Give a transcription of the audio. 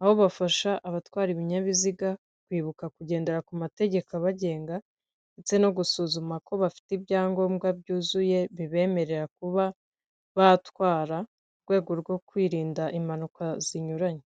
aho bafasha abatwara ibinyabiziga kwibuka kugendera ku mategeko abagenga, ndetse no gusuzuma ko bafite ibyangombwa byuzuye bibemerera kuba batwara mu rwego rwo kwirinda impanuka zinyuranye.